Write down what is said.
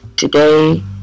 Today